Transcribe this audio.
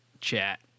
chat